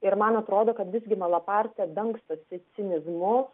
ir man atrodo kad visgi malapartė dangstosi cinizmu